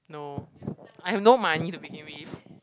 no I have no money to begin with